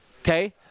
okay